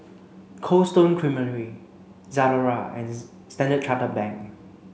Cold Stone Creamery Zalora and Standard Chartered Bank